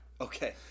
Okay